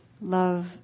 love